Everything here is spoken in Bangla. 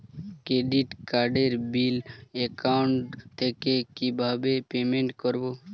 ক্রেডিট কার্ডের বিল অ্যাকাউন্ট থেকে কিভাবে পেমেন্ট করবো?